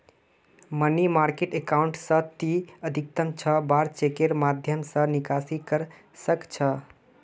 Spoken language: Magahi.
मनी मार्किट अकाउंट स ती अधिकतम छह बार चेकेर माध्यम स निकासी कर सख छ